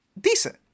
decent